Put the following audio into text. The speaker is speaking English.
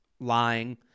lying